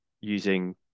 using